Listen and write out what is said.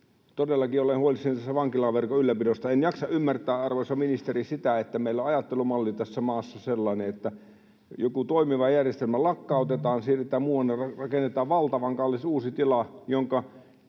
Todellakin olen huolissani tästä vankilaverkon ylläpidosta. En jaksa ymmärtää, arvoisa ministeri, että meillä on ajattelumalli tässä maassa sellainen, että joku toimiva järjestelmä lakkautetaan ja siirretään muualle ja rakennetaan valtavan kallis uusi tila, ja